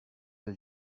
del